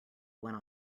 went